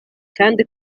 kandi